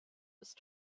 ist